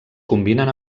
combinen